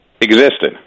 existed